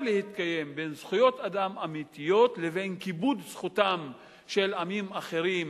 להתקיים בין זכויות אדם אמיתיות לבין כיבוד זכותם של עמים אחרים